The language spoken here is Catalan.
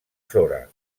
sora